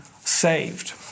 saved